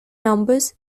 numbers